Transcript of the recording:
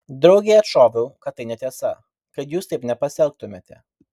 draugei atšoviau kad tai netiesa kad jūs taip nepasielgtumėte